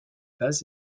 bas